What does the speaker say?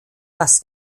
das